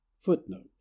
footnote